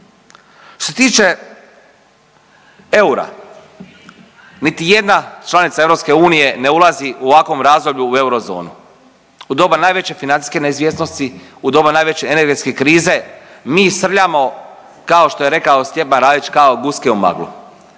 Što se tiče eura, niti jedna članica EU ne ulazi u ovakvom razdoblju u eurozonu, u doba najveće financijske neizvjesnosti, u doba najveće energetske krize mi srljamo kao što je rekao Stjepan Radić kao guske u maglu.